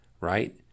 right